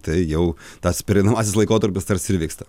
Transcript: tai jau tas pereinamasis laikotarpis tarsi ir vyksta